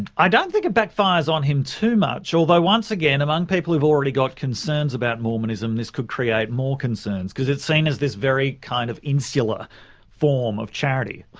i don't think it backfires on him too much. although once again, among people who've already got concerns about mormonism, this could create more concerns because it's seen as this very kind of insular form of charity.